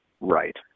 right